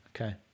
Okay